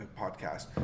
podcast